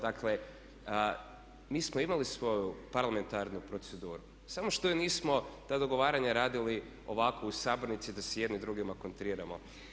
Dakle, mi smo imali svoju parlamentarnu proceduru samo što je nismo, ta dogovaranja radili ovako u sabornici da si jedni drugima kontriramo.